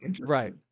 right